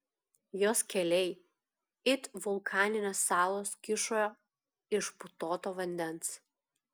jos keliai it vulkaninės salos kyšojo iš putoto vandens